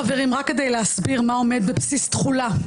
חברים, רק כדי להסביר מה עומד בבסיס תחולה.